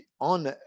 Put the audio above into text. on